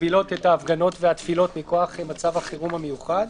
שמגבילות את ההפגנות והתפילות מכוח מצב החירום המיוחד.